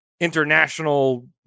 international